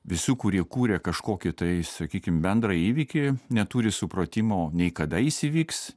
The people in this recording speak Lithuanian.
visų kurie kūrė kažkokį tai sakykim bendrą įvykį neturi supratimo nei kada jis įvyks